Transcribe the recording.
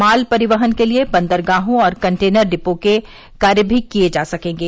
माल परिवहन के लिए बंदरगाहों और कंटेनर डिपो के कार्य भी किये जा सकेंगे